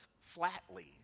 flatly